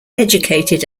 educated